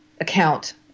account